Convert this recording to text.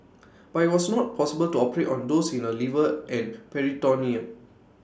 but IT was not possible to operate on those in her liver and peritoneum